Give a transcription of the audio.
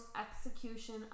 execution